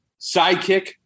sidekick